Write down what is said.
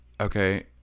okay